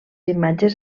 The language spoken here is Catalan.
imatges